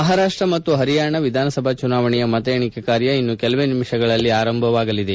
ಮಹಾರಾಷ್ಟ ಮತ್ತು ಹರಿಯಾಣ ವಿಧಾನಸಭಾ ಚುನಾವಣೆಯ ಮತ ಎಣಿಕೆ ಕಾರ್ಡ ಇನ್ನು ಕೆಲವೇ ನಿಮಿಷಗಳಲ್ಲಿ ಆರಂಭವಾಗಲಿದೆ